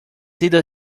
sido